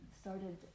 started